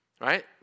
right